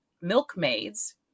milkmaids